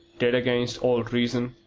dead against all reason?